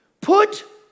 put